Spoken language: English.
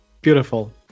Beautiful